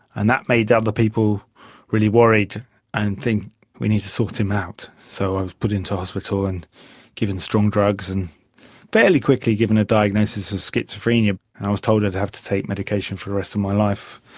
and that made other people really worried and think we need to sort him out, so i was put into hospital and given strong drugs and fairly quickly given a diagnosis of schizophrenia. i was told i'd have to take medication for the rest of my life.